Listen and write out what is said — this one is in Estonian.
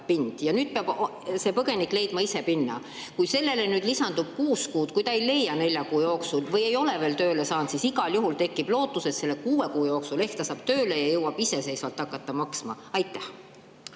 ja põgenik peab leidma ise pinna, ning sellele lisandub kuus kuud, kui ta ei ole leidnud nelja kuu jooksul või ei ole veel tööle saanud, siis igal juhul tekib lootus, et selle kuue kuu jooksul ta ehk saab tööle ja jõuab iseseisvalt hakata maksma. Aitäh,